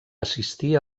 assistir